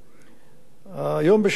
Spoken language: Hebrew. היום בשעה 14:45,